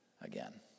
again